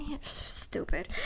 stupid